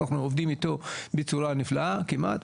אנחנו עובדים איתו בצורה נפלאה כמעט,